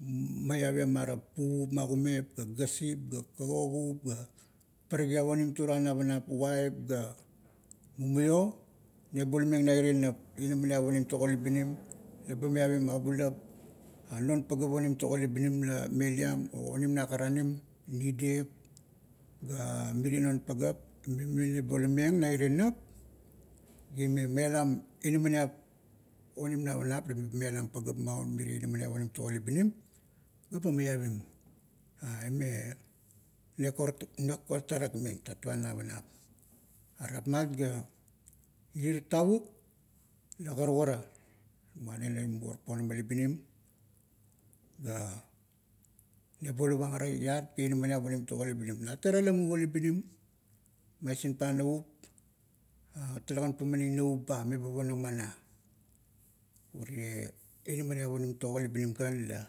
maiavam marap, puvup ma kumep, ga gasip, ga kagosup, ga parakiap onim toruan navanap, vaip ga, mumaio, nebolameng na irie nap, inaminiap onim togo labinim, leba miavim abulap, mon pagap onim togo labinim la meliam o, onim na karanim, nidep ga mirie non pagap. Mumio nebolameng na irie nap, ga ime mialm inaminiap onim navanap leba mialam pagap maun mirie inaminiap onim togo labinim, gaba miavim. A, ime nekor, neko tarekmeng, tatuan navanap. Are rapmat ga, irier tavuk, la karukara, muana la muvor ponama labinim ga, nebolavang ara iakt ga inaminiap onim togo labinim. Na tara la muvo labinim, maisin pang navup, talegan pemaning navup ba, meba ponang mana. Urie, inaminiap onim togo labinim kan la,